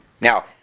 Now